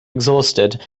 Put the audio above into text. exhausted